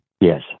Yes